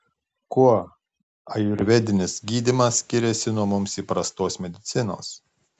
kuo ajurvedinis gydymas skiriasi nuo mums įprastos medicinos